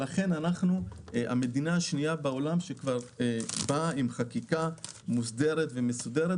לכן אנחנו המדינה השנייה בעולם שכבר באה עם חקיקה מוסדרת ומסודרת